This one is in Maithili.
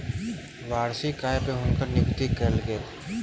वार्षिक आय पर हुनकर नियुक्ति कयल गेल